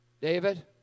David